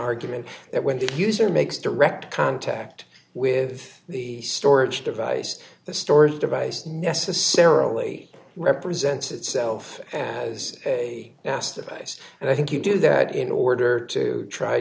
argument that when the user makes direct contact with the storage device the storage device necessarily represents itself as asked of ice and i think you do that in order to try